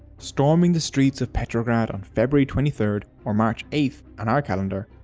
storming the streets of petrograd on feburary twenty third or march eighth on our calendar,